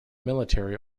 military